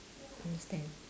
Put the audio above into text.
understand